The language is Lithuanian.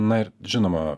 na ir žinoma